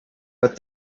but